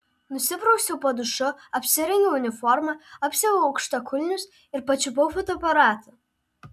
nusiprausiau po dušu apsirengiau uniformą apsiaviau aukštakulnius ir pačiupau fotoaparatą